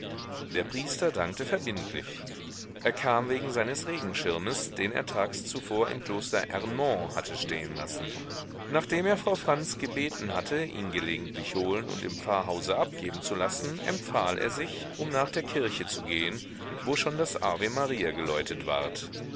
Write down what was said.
der priester dankte verbindlich er kam wegen seines regenschirmes den er tags zuvor im kloster ernemont hatte stehen lassen nachdem er frau franz gebeten hatte ihn gelegentlich holen und im pfarrhause abgeben zu lassen empfahl er sich um nach der kirche zu gehen wo schon das ave maria geläutet ward